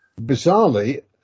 bizarrely